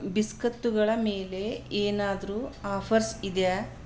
ಬಿಸ್ಕತ್ತುಗಳ ಮೇಲೆ ಏನಾದರೂ ಆಫರ್ಸ್ ಇದೆಯಾ